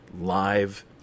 live